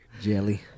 Jelly